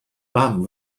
mam